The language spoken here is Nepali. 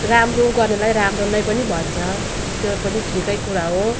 राम्रो गर्नेलाई राम्रो नै पनि भन्छ त्यो पनि ठिकै कुरा हो